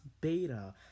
beta